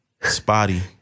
Spotty